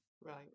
Right